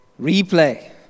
replay